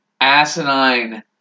asinine